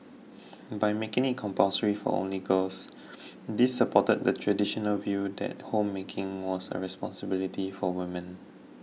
by making it compulsory for only girls this supported the traditional view that homemaking was a responsibility for women